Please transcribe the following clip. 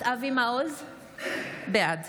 נוכחת אבי מעוז, בעד